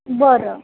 बरं